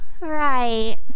right